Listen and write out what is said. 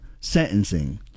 sentencing